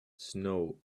snow